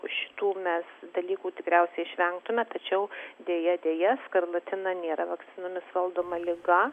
šitų mes dalykų tikriausiai išvengtume tačiau deja deja skarlatina nėra vakcinomis valdoma liga